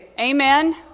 Amen